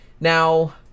Now